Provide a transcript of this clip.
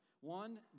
One